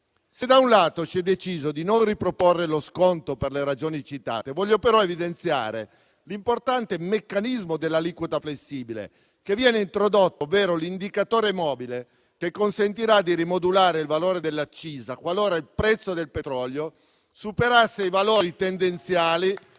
Se da un lato si è deciso di non riproporre lo sconto per le ragioni citate, voglio però evidenziare l'importante meccanismo dell'aliquota flessibile che viene introdotto. Mi riferisco cioè all'indicatore mobile che consentirà di rimodulare il valore dell'accisa qualora il prezzo del petrolio superasse i valori tendenziali